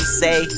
say